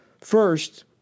First